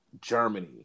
Germany